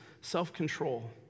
self-control